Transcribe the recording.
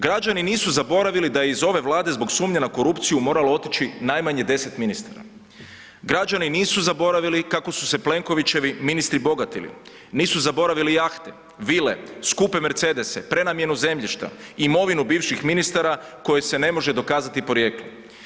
Građani nisu zaboravili da je iz ove Vlade zbog sumnje na korupciju moralo otići najmanje 10 ministara, građani nisu zaboravili kako su se Plenkovićevi ministri bogatili, nisu zaboravili jahte, vile, skupe Mercedese, prenamjenu zemljišta, imovinu bivših ministara kojoj se ne može dokazati porijeklo.